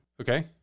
Okay